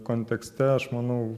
kontekste aš manau